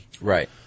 Right